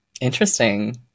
Interesting